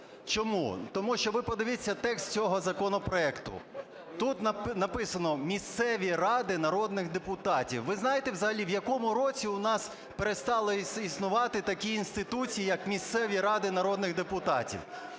Чому? Тому що ви подивіться текст цього законопроекту. Тут написано: "місцеві ради народних депутатів". Ви знаєте взагалі, в якому році у нас перестали існувати такі інституції, як місцеві ради народних депутатів?